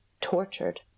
tortured